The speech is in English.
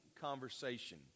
conversation